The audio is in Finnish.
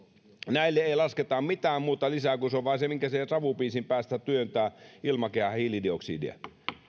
näille ei lasketa mitään muuta lisää se on vain se minkä savupiisin päästä työntää ilmakehään hiilidioksidia